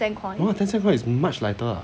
no ten cent coin is much lighter